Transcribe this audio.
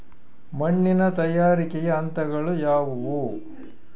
ಮಣ್ಣಿನ ತಯಾರಿಕೆಯ ಹಂತಗಳು ಯಾವುವು?